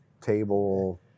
table